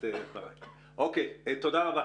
תודה,